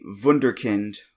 wunderkind